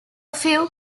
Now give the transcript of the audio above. few